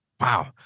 wow